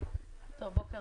בוקר